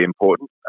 important